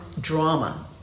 drama